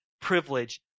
privilege